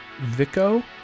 Vico